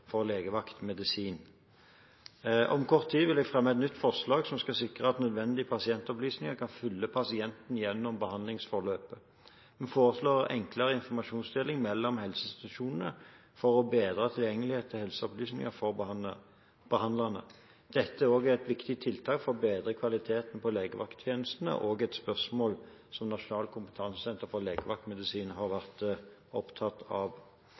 for legevaktmedisin. Om kort tid vil jeg fremme et nytt forslag som skal sikre at nødvendige pasientopplysninger kan følge pasienten gjennom behandlingsforløpet. Vi foreslår enklere informasjonsdeling mellom helseinstitusjonene for å bedre tilgjengeligheten til helseopplysninger for behandlerne. Dette er også et viktig tiltak for å bedre kvaliteten på legevakttjenestene og et spørsmål som Nasjonal kompetansesenter for legevaktmedisin har vært opptatt av.